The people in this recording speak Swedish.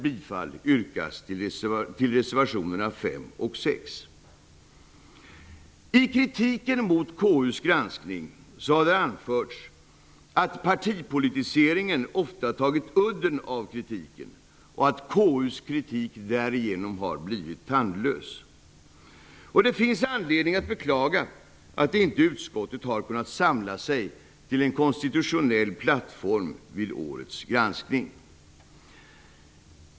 Bifall yrkas däremot till reservationerna 5 och 6. I kritiken mot KU:s granskning har det anförts att partipolitiseringen ofta har tagit udden av kritiken och att KU:s kritik därigenom har blivit tandlös. Det finns anledning att beklaga att inte utskottet har kunnat samla sig till en konstitutionell plattform vid årets granskning.